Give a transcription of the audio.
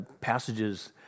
passages